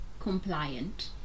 Compliant